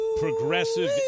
Progressive